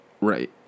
Right